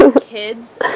Kids